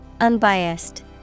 Unbiased